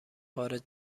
خارج